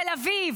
תל אביב,